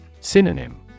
Synonym